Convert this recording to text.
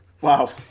Wow